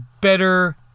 better